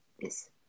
Yes